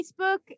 Facebook